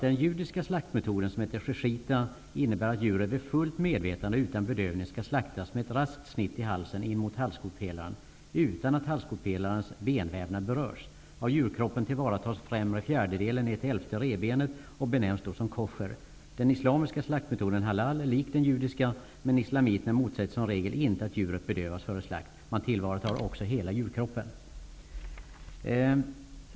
Den judiska slaktmetoden, som heter shechita, innebär att djuret vid fullt medvetande och utan bedövning skall slaktas med ett raskt snitt i halsen in mot halskotpelaren utan att halskotpelarens benvävnad berörs. Av djurkroppen tillvaratas främre fjärdedelen ned till elfte revbenet, och köttet benämns då som koscher. Den islamiska slaktmetoden halal är lik den judiska, men islamiterna motsätter sig som regel inte att djuret bedövas före slakt. Man tillvaratar också hela djurkroppen.